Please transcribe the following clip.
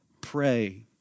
pray